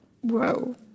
whoa